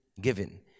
given